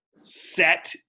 set